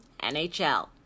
NHL